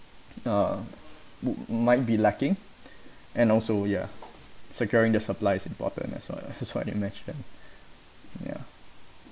uh would might be lacking and also ya securing the supply is important that's why lah that's what they mention ya